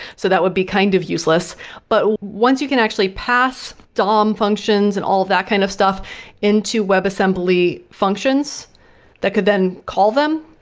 so that would be kind of useless but once you can actually pass dom functions and all that kind of stuff into web assembly functions that could then call them,